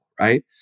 right